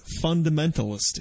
fundamentalist